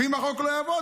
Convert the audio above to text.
ואם החוק לא יעבוד,